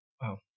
wow